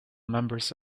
members